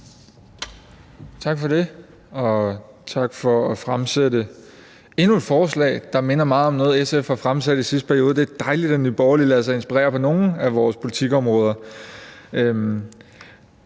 Tak for det, og tak for, at der er fremsat endnu et forslag, der minder meget om noget, SF fremsatte i sidste periode. Det er dejligt, at Nye Borgerlige lader sig inspirere på nogle af vores politikområder.